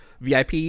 VIP